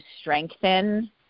strengthen